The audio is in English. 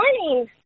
morning